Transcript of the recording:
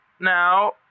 Now